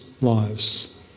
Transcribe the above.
lives